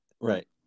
right